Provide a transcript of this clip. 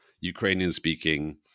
Ukrainian-speaking